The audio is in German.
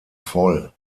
voll